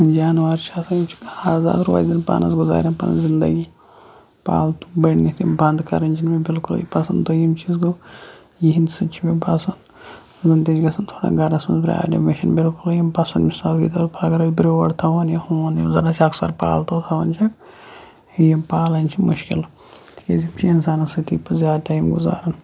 یِم جاناوار چھِ آسان یِم چھِ آزاد روزن پانَس گُزارن پَنٕںۍ زندگی پالتوٗ بٔنِتھ یِم بنٛد کرٕنۍ چھِنہٕ مےٚ بلکلٕے پَسنٛد دوٚیِم چیٖز گوٚو یِہِنٛدۍ سۭتۍ چھِ مےٚ باسان یِمَن تہِ چھِ گژھان تھوڑا گرَس منٛز پرٛابلِمٕے مےٚ چھِنہٕ بلکُلٕے یِم پَسنٛد مثال کے طور پر اگرَے بیور تھاو ہَن یا ہوٗن یِم زَن اَسہِ اکثر پالتوٗ تھاوان چھِ یِم پالٕنۍ چھِ مُشکل تِکیٛازِ یِم چھِ اِنسانَس سۭتی پَتہٕ زیادٕ ٹایم گُزاران